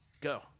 Go